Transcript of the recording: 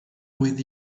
with